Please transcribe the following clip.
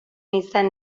izan